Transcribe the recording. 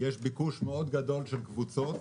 יש ביקוש גדול מאוד של קבוצות,